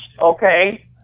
okay